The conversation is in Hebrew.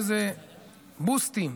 איזה בוסטים,